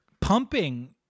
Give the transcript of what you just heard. pumping